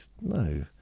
No